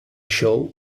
shaw